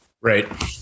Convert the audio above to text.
Right